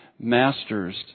Masters